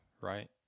right